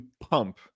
pump